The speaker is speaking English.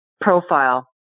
profile